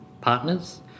partners